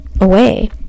away